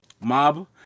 Mob